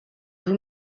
vous